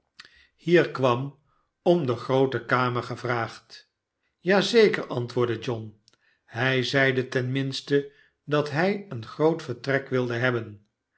hier kwam om de groote kamer gevraagd s ja zeker antw t e ul hn uli zeide ten minste dat hi j een g r oot vertrek wilde hebben